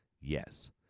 Yes